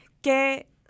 que